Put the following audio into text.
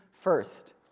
first